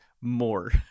more